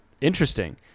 Interesting